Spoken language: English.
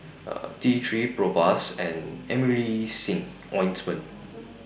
T three Propass and Emulsying Ointment